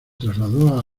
trasladó